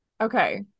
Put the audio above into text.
Okay